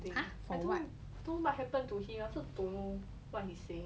!huh! for what